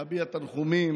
להביע תנחומים